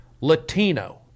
Latino